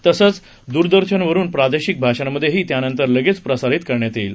तसंच द्रदर्शनवरून प्रादेशिक भाषांमध्येही यानंतर लगेच प्रसारित करण्यात येईल